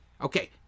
Okay